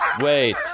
Wait